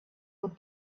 would